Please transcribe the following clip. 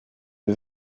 les